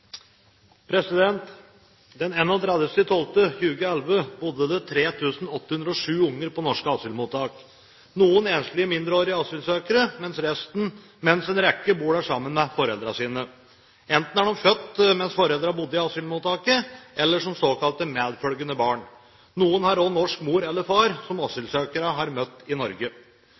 enslige, mindreårige asylsøkere, mens en rekke bor der sammen med foreldrene sine. De er enten blitt født mens foreldrene bodde i asylmottaket, eller de er såkalt medfølgende barn. Noen har også norsk mor eller far, som asylsøkerne har møtt i Norge.